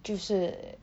就是